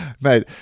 mate